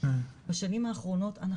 בשנים האחרונות,